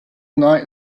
night